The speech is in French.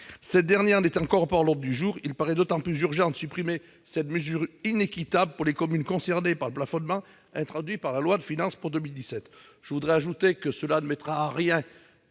Cette dernière n'étant pas encore à l'ordre du jour, il paraît d'autant plus urgent de supprimer cette mesure inéquitable pour les communes concernées par le plafonnement introduit par la loi de finances pour 2017. J'ajoute que cela ne créera en rien